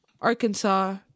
Arkansas